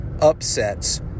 upsets